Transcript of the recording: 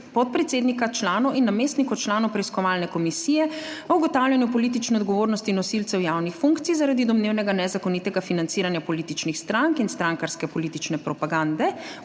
podpredsednika, članov in namestnikov članov Preiskovalne komisije o ugotavljanju politične odgovornosti nosilcev javnih funkcij zaradi domnevnega nezakonitega financiranja političnih strank in strankarske politične propagande